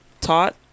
taught